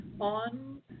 On